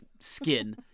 skin